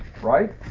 right